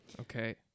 Okay